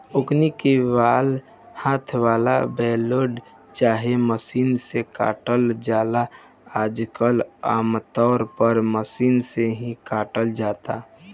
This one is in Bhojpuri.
ओकनी के बाल हाथ वाला ब्लेड चाहे मशीन से काटल जाला आजकल आमतौर पर मशीन से ही काटल जाता